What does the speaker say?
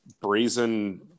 brazen